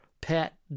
pet